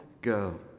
girl